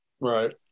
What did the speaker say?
right